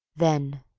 then,